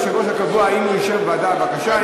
היושב-ראש הקבוע, אם הוא אישר ועדה, בבקשה.